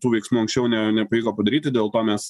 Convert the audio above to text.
tų veiksmų anksčiau nepavyko padaryti dėl to mes